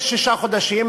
יש שלושה חודשים,